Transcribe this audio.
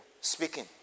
speaking